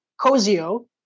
Cozio